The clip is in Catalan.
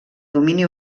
domini